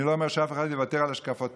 אני לא אומר שמישהו יוותר על השקפתו,